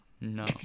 No